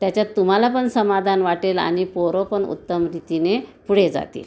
त्याच्यात तुम्हाला पण समाधान वाटेल आणि पोरं पण उत्तम रीतीने पुढे जातील